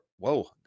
Whoa